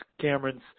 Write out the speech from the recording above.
Cameron's